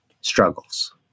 struggles